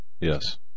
yes